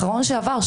האחרון שעבר,